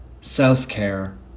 self-care